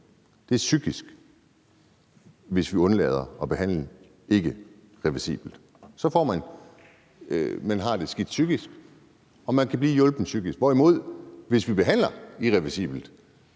der sker psykisk, hvis vi undlader at behandle irreversibelt. Så har man det skidt psykisk, og man kan blive hjulpet psykisk. Hvorimod hvis vi behandler irreversibelt